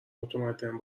متمدن